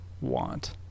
want